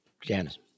Janice